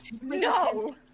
No